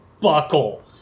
buckle